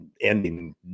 ending